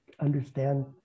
understand